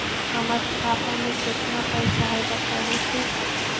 हमर खाता में केतना पैसा है बतहू तो?